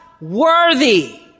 worthy